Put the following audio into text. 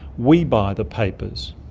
we buy the papers.